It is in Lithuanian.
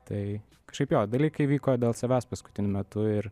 tai kažkaip jo dalykai vyko dėl savęs paskutiniu metu ir